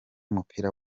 w’umupira